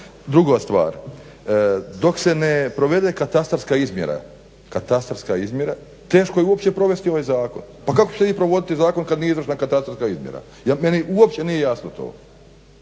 Druga stvar, dok se ne provede katastarska izmjera teško je uopće provesti ovaj zakon. Pa kako ćete vi provodit zakon kad nije izvršena katastarska izmjera, meni uopće nije jasno to.